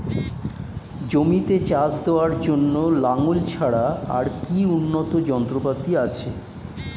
জমিতে চাষ দেওয়ার জন্য লাঙ্গল ছাড়া আর কি উন্নত যন্ত্রপাতি আছে?